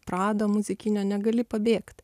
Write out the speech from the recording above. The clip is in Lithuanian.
prado muzikinio negali pabėgt